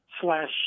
slash